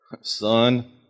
son